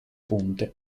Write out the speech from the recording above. punte